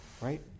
Right